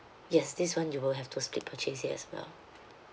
yes this one you will have to split purchase it as well